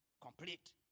complete